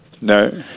No